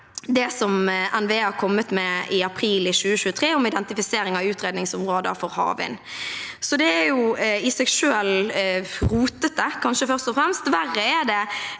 det NVE kom med i april 2023, om identifisering av utredningsområder for havvind. Det i seg selv er kanskje først og fremst